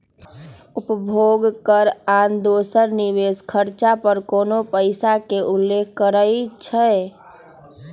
उपभोग कर आन दोसर निवेश खरचा पर कोनो पइसा के उल्लेख करइ छै